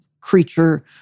creature